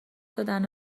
دادن